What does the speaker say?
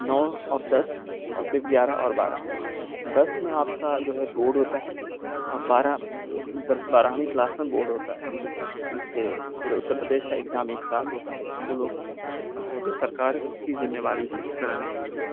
نو اور دس اور پھر گیارہ اور بارہ دس میں آپ کا جو ہے بورڈ ہوتا ہے اور بارہ بارہویں کلاس میں بورڈ ہوتا ہے اس سے پورے اتر پردیش کا ایگزام ایک ساتھ ہوتا ہے اسکولوں کا وہ جو سرکار کی ذمہ واری ہے یہ کرانے کے لیے